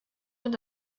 und